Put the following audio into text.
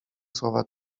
słowa